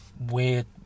weird